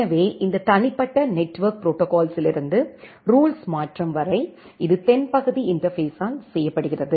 எனவே இந்த தனிப்பட்ட நெட்வொர்க் ப்ரோடோகால்ஸ்லிருந்து ரூல்ஸ் மாற்றம் வரை இது தென்பகுதி இன்டர்பேஸ்ஸால் செய்யப்படுகிறது